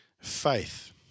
Faith